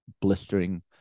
blistering